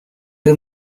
who